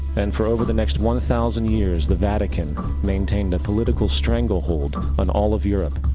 and for over the next one thousand years, the vatican maintained a political stranglehold on all of europe,